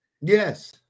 Yes